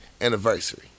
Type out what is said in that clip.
anniversary